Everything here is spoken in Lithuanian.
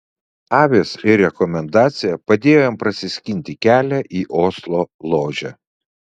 avys ir rekomendacija padėjo jam prasiskinti kelią į oslo ložę